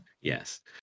Yes